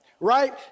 Right